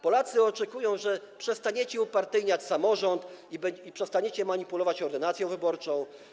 Polacy oczekują, że przestaniecie upartyjniać samorząd i przestaniecie manipulować ordynacją wyborczą.